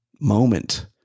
moment